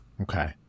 Okay